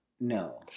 No